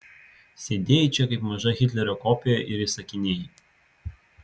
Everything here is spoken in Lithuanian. sėdėjai čia kaip maža hitlerio kopija ir įsakinėjai